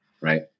Right